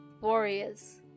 warriors